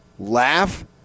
Laugh